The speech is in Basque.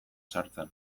sartzen